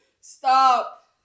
Stop